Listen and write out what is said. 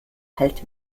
hält